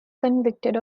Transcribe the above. convicted